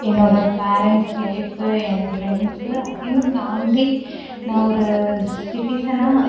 என்னோடய parents life என் friends அதையும் தாண்டி நான் ஒரு சிட்டிசனாக